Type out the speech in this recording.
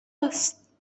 است